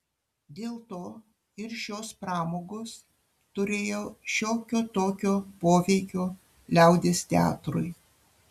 dėl to ir šios pramogos turėjo šiokio tokio poveikio liaudies teatrui